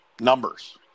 numbers